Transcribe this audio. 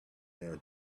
down